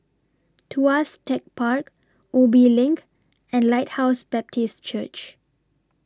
Tuas Tech Park Ubi LINK and Lighthouse Baptist Church